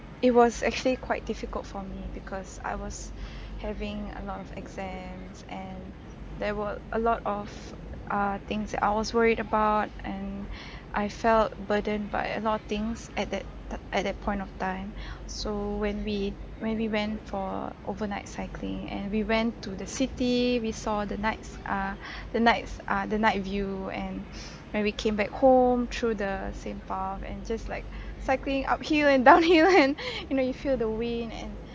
it was actually quite difficult for me because I was having a lot of exams and there were a lot of uh things that I was worried about and I felt burden by a lot of things at that t~ at that point of time so when we when we went for overnight cycling and we went to the city we saw the nights are the nights are the night view and when we came back home through the same path and just like cycling up hill and down hill and you know you feel the wind and